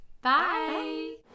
Bye